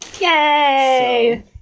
Yay